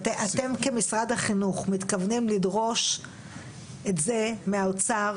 אתם כמשרד החינוך מתכוונים לדרוש את זה מהאוצר,